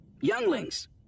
Younglings